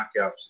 knockouts